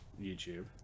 YouTube